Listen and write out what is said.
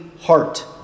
heart